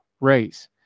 race